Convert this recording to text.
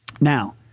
Now